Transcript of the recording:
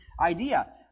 idea